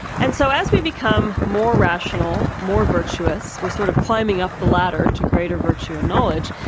and so as we become more rational, more virtuous, we're sort of climbing up the ladder to greater virtue and knowledge,